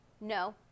No